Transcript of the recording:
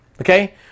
Okay